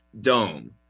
dome